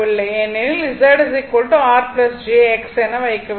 ஏனெனில் Z R j X என வைக்க வேண்டும்